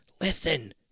listen